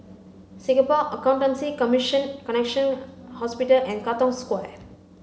Singapore Accountancy Commission Connexion Hospital and Katong Square